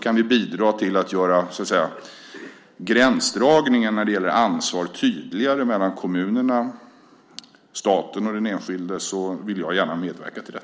Kan vi när det gäller ansvaret bidra till att göra gränsdragningen tydligare mellan kommunerna, staten och den enskilde vill jag gärna medverka till det.